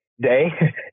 day